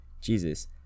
jesus